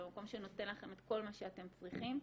במקום שנותן לכם את כל מה שאתם צריכים.